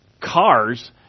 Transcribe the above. cars